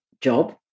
job